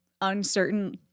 uncertain